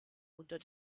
unter